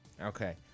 Okay